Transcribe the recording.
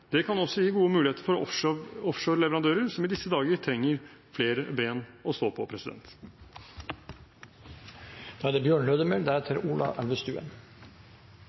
Det kan også gi gode muligheter for offshoreleverandører som i disse dager trenger flere bein å stå på. Eg er